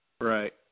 Right